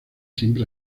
siempre